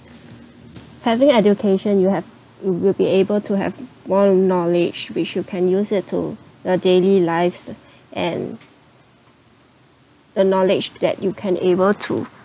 having education you have you will be able to have more knowledge which you can use it to your daily lives and the knowledge that you can able to